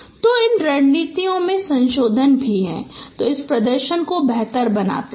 तो इन रणनीतियों के संशोधन भी हैं जो इस प्रदर्शन को बेहतर बनाते हैं